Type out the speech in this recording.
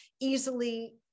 easily